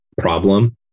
problem